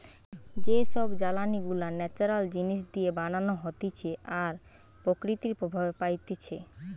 যে সব জ্বালানি গুলা ন্যাচারাল জিনিস দিয়ে বানানো হতিছে আর প্রকৃতি প্রভাব পাইতিছে